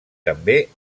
també